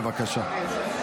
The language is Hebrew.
בבקשה.